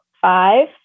five